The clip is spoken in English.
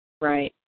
Right